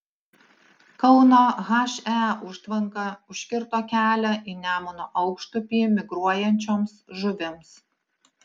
kauno he užtvanka užkirto kelią į nemuno aukštupį migruojančioms žuvims